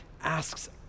asks